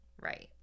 Right